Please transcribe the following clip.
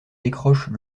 décroche